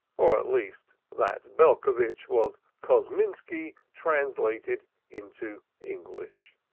or at least that belcovitch was kosminski translated into english.